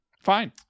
fine